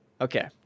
Okay